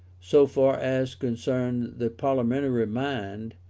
so far as concerned the parliamentary mind,